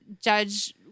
judge